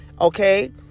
Okay